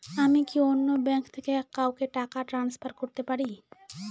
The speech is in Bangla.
আমি কি অন্য ব্যাঙ্ক থেকে কাউকে টাকা ট্রান্সফার করতে পারি?